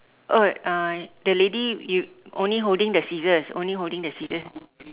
oh uh the lady you only holding the scissors holding the scissors